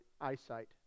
eyesight